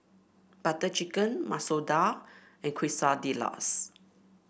Butter Chicken Masoor Dal and Quesadillas